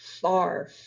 far